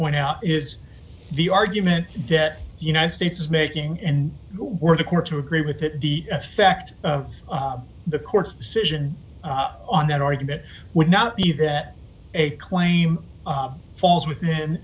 point out is the argument that united states is making and we're the court to agree with that the effect of the court's decision on that argument would not be that a claim falls within